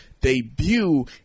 debut